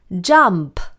jump